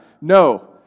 No